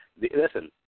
Listen